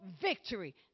victory